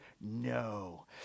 no